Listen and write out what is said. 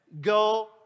go